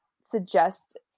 suggest